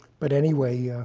but anyway,